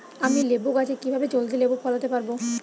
আমি লেবু গাছে কিভাবে জলদি লেবু ফলাতে পরাবো?